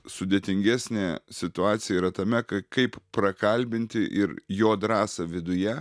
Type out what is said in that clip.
sudėtingesnė situacija yra tame ka kaip prakalbinti ir jo drąsą viduje